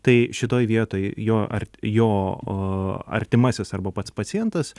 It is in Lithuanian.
tai šitoj vietoj jo ar jo artimasis arba pats pacientas